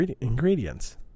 ingredients